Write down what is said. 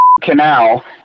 canal